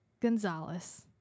Gonzalez